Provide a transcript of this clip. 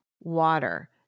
water